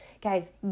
Guys